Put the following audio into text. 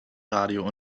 radio